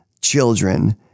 children